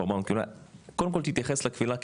קודם כל תתייחס לקבילה,